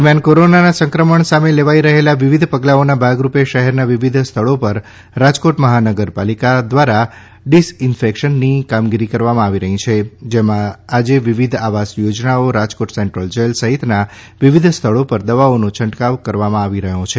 દરમ્યાન કોરોનાના સંક્રમણ સામે લેવાઈ રહેલા વિવિધ પગલાઓના ભાગ રૂપે શહેરના વિવિધ સ્થળો પર રાજકોટ મહાનગરપાલિકા દ્વારા ડિસઇન્ફેકશનની કામગીરી કરવામાં આવી રહી છે જેમાં આજે વિવિધ આવાસ યોજનાઓ રાજકોટ સેન્ટ્રલ જેલ સહિતના વિવિધ સ્થળો પર દવાઓનો છંટકાવ કરવામાં આવી રહ્યા છે